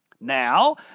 Now